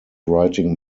writing